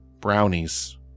brownies